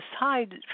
aside